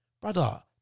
Brother